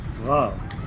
Wow